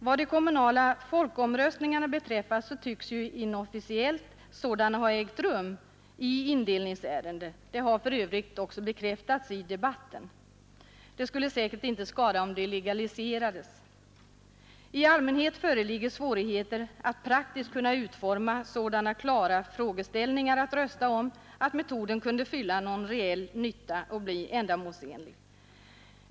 Vad de kommunala folkomröstningarna beträffar tycks ju inofficiellt sådana ha ägt rum i indelningsärenden. Det har för övrigt också bekräftats i debatten. Det skulle säkert inte skada om de legaliserades. I allmänhet föreligger svårigheter att praktiskt kunna utforma sådana klara frågeställningar att rösta om, att metoden kunde fylla någon reell nytta och bli ändamålsenlig.